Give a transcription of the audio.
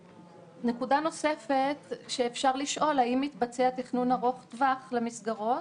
נקודה נוספת שאפשר לשאול היא האם מתבצע תכנון ארוך טווח למסגרות.